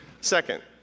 Second